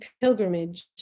pilgrimage